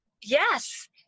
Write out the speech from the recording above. yes